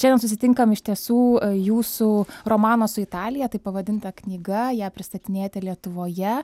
šiandien susitinkame iš tiesų jūsų romano su italija taip pavadinta knyga ją pristatinėjate lietuvoje